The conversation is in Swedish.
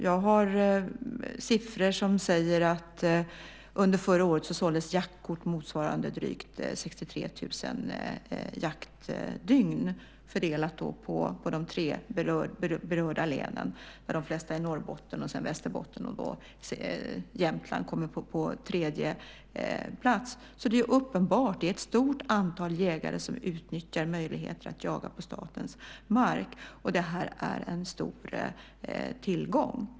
Jag har siffror som säger att det såldes jaktkort för motsvarande drygt 63 000 jaktdygn under förra året, fördelat på de tre berörda länen - Norrbotten, som har de flesta, Västerbotten och Jämtland, som kommer på tredje plats. Det är alltså uppenbarligen ett stort antal jägare som utnyttjar möjligheten att jaga på statens mark. Det här är en stor tillgång.